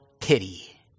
pity